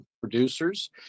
producers